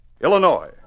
Illinois